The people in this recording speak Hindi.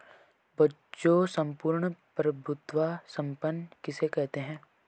बच्चों सम्पूर्ण प्रभुत्व संपन्न किसे कहते हैं?